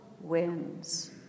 wins